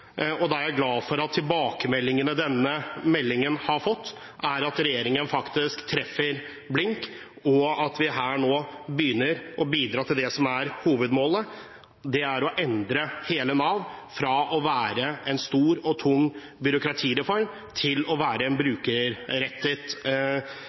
Da er jeg glad for at tilbakemeldingene denne meldingen har fått, er at regjeringen faktisk treffer blink, og at vi nå begynner å bidra til det som er hovedmålet: Det er å endre hele Nav fra å være en stor og tung byråkratireform til å være en